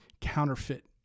counterfeit